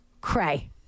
cray